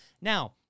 Now